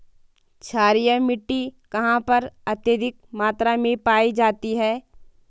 क्षारीय मिट्टी कहां पर अत्यधिक मात्रा में पाई जाती है?